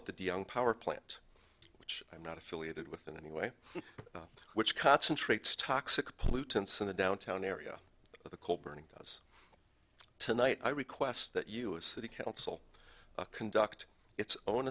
at the young power plant which i'm not affiliated with in any way which concentrates toxic pollutants in the downtown area of the coal burning does tonight i request that you a city council conduct its own